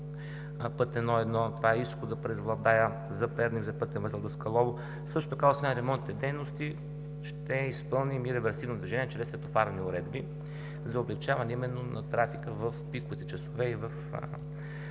път І-1, това е изходът през Владая за Парник, за пътен възел Даскалово. Също така, освен ремонтните дейности, ще изпълним и реверсивно движение чрез светофарни уредби за облекчаване именно на трафика в пиковите часове и в